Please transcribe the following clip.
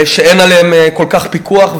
שאין עליה כל כך פיקוח.